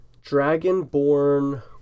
dragon-born